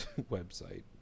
website